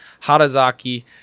Harazaki